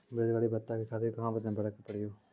बेरोजगारी भत्ता के खातिर कहां आवेदन भरे के पड़ी हो?